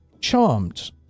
charmed